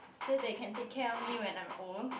so they can take care of me when I'm old